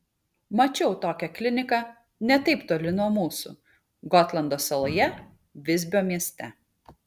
mačiau tokią kliniką ne taip toli nuo mūsų gotlando saloje visbio mieste